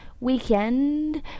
weekend